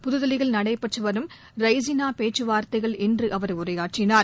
புதுதில்லியில் நடைபெற்று வரும் ரஸினா பேச்சுவார்த்தையில் இன்று அவர் உரையாற்றினார்